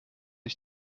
ich